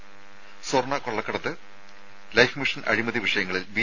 ത സ്വർണ്ണക്കള്ളക്കടത്ത് life mission അഴിമതി വിഷയങ്ങളിൽ ബി